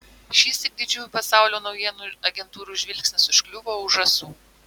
šįsyk didžiųjų pasaulio naujienų agentūrų žvilgsnis užkliuvo už žąsų